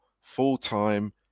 full-time